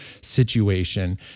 situation